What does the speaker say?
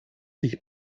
sich